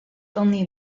only